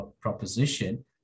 proposition